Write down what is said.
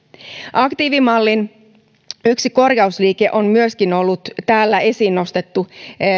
aktiivimallin yksi korjausliike on ollut myöskin täällä esiin nostettu